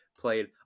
played